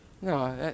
No